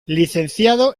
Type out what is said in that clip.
licenciado